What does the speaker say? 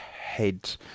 head